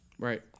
Right